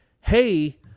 hey